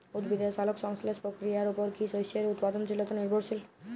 উদ্ভিদের সালোক সংশ্লেষ প্রক্রিয়ার উপর কী শস্যের উৎপাদনশীলতা নির্ভরশীল?